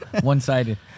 one-sided